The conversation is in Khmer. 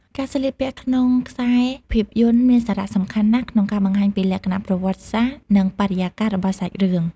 ការស្លៀកពាក់ក្នុងខ្សែភាពយន្តមានសារៈសំខាន់ណាស់ក្នុងការបង្ហាញពីលក្ខណៈប្រវត្តិសាស្ត្រ និងបរិយាកាសរបស់សាច់រឿង។